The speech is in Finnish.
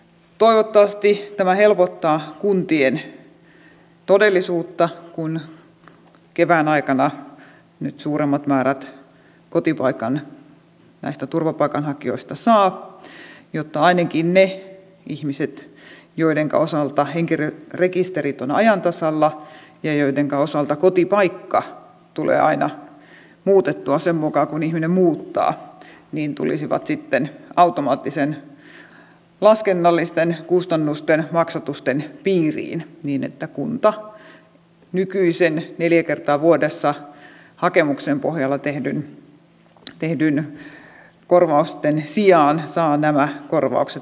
toivottavasti tämä helpottaa kuntien todellisuutta kun kevään aikana nyt suuremmat määrät näistä turvapaikanhakijoista saavat kotipaikan jotta ainakin ne ihmiset joidenka osalta henkilörekisterit ovat ajan tasalla ja joidenka osalta kotipaikka tulee aina muutettua sen mukaan kun ihminen muuttaa tulisivat automaattisten laskennallisten kustannusten maksatusten piiriin niin että kunta nykyisten neljä kertaa vuodessa hakemuksen pohjalta tehtyjen korvausten sijaan saa nämä korvaukset automaattisesti